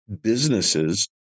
businesses